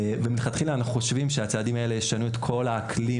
ומלכתחילה אנחנו חושבים שהצעדים האלה ישנו את כל האקלים